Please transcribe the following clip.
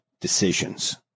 decisions